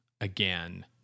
again